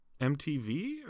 MTV